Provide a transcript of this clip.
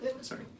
Sorry